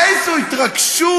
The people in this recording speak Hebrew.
איזו התרגשות.